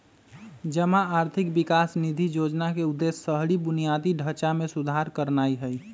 जमा आर्थिक विकास निधि जोजना के उद्देश्य शहरी बुनियादी ढचा में सुधार करनाइ हइ